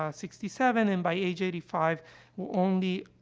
ah sixty seven and by age eighty five will only,